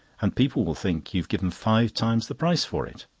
and people will think you have given five times the price for it.